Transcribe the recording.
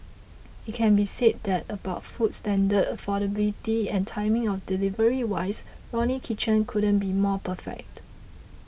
it can be said that about food standard affordability and timing of delivery wise Ronnie Kitchen couldn't be more perfect